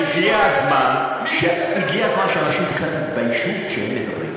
הגיע הזמן שאנשים קצת יתביישו כשהם מדברים.